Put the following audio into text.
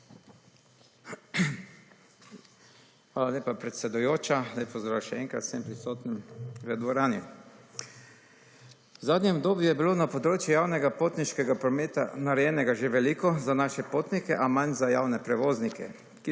Hvala lepa, predsedujoča. Lep pozdrav še enkrat vsem prisotnim v dvorani. V zadnjem obdobju je bilo na področju javnega potniškega prometa narejena že veliko za naše potnike, a manj za javne prevoznike,